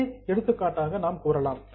எதை எடுத்துக்காட்டாக நாம் கூறலாம்